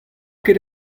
ket